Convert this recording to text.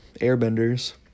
airbenders